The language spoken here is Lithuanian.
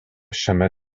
šiame